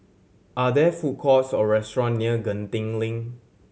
are there food courts or restaurant near Genting Link